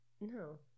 No